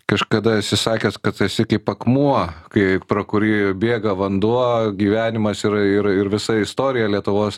kažkada esi sakęs kad esi kaip akmuo kai pro kurį bėga vanduo gyvenimas ir ir ir visa istorija lietuvos